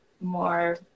more